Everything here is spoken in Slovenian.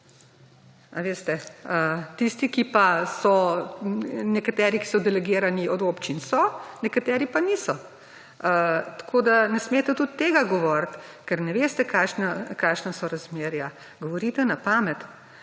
a veste. Tisti, ki pa so, nekateri, ki so delegirani od občin, so, nekateri pa niso. Tako da ne smete tudi tega govoriti, ker ne veste, kakšna so razmerja. Govorite na pamet.